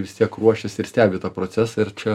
vis tiek ruošiasi ir stebi tą procesą